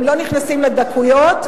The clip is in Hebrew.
הם לא נכנסים לדקויות,